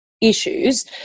issues